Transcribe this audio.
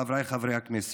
חבריי חברי הכנסת.